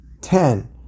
ten